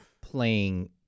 playing